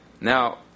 Now